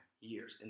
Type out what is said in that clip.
Years